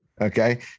okay